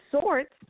sorts